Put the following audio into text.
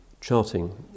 charting